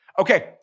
Okay